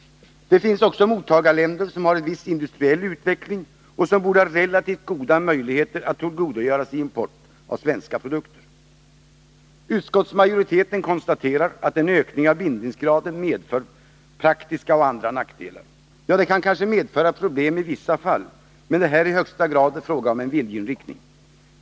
Det finns också mottagarländer som har en viss industriell utveckling och som borde har relativt goda möjligheter att tillgodogöra sig import av svenska produkter. Utskottsmajoriteten konstaterar att en ökning av bindningsgraden medför praktiska och andra nackdelar. Ja, det kan kanske medföra problem i vissa fall, men det är här i högsta grad fråga om en viljeinriktning.